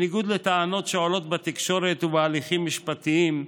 בניגוד לטענות שעולות בתקשורת ובהליכים משפטיים,